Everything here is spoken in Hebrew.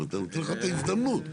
נותנים לך את ההזדמנות.